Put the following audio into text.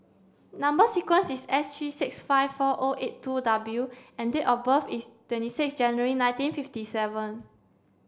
number sequence is S three six five four O eight two W and date of birth is twenty six January nineteen fifty seven